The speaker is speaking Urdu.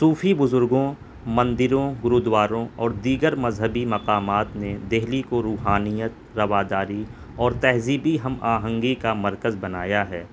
صوفی بزرگوں مندروں گرودواروں اور دیگر مذہبی مقامات نے دہلی کو روحانیت رواداری اور تہذیبی ہم آہنگی کا مرکز بنایا ہے